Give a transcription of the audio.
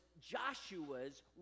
Joshua's